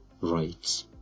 rights